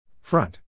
Front